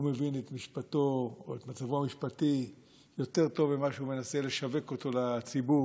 שהוא מבין את מצבו המשפטי יותר טוב ממה שהוא מנסה לשווק אותו לציבור,